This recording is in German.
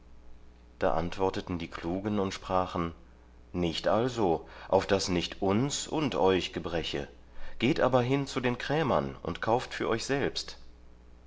da antworteten die klugen und sprachen nicht also auf daß nicht uns und euch gebreche geht aber hin zu den krämern und kauft für euch selbst